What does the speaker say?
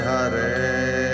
Hare